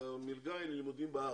שהמלגה היא ללימודים בארץ,